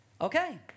Okay